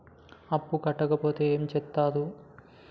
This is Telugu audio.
అప్పు కట్టకపోతే ఏమి చేత్తరు?